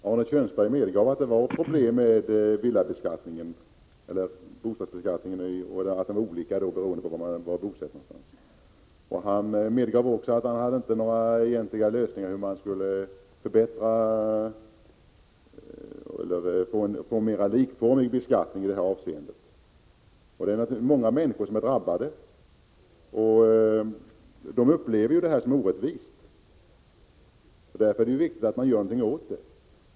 Herr talman! Arne Kjörnsberg medgav att det finns problem med bostadsbeskattningen och att den är olika beroende på var man är bosatt. Han medgav också att han inte hade några egentliga lösningar på problemet hur man skall kunna få en mera likformig beskattning. Det är naturligtvis många människor som drabbas, och de upplever systemet som orättvist. Det är därför viktigt att göra någonting åt saken.